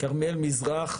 כרמיאל מזרח,